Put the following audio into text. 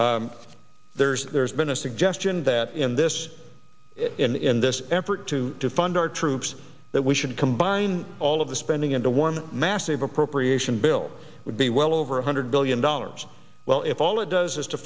time there's been a suggestion that in this in this effort to to fund our troops that we should combine all of the spending into one massive appropriation bill would be well over one hundred billion dollars well if all it does is to